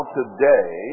today